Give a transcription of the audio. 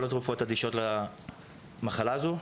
כל התרופות אדישות למחלה הזו,